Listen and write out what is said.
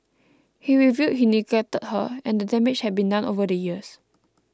he revealed he neglected her and the damage had been done over the years